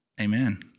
amen